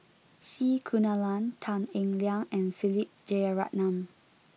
C Kunalan Tan Eng Liang and Philip Jeyaretnam